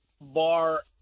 bar